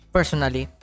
Personally